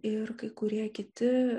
ir kai kurie kiti